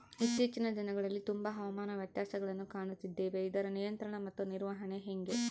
ಇತ್ತೇಚಿನ ದಿನಗಳಲ್ಲಿ ತುಂಬಾ ಹವಾಮಾನ ವ್ಯತ್ಯಾಸಗಳನ್ನು ಕಾಣುತ್ತಿದ್ದೇವೆ ಇದರ ನಿಯಂತ್ರಣ ಮತ್ತು ನಿರ್ವಹಣೆ ಹೆಂಗೆ?